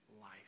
life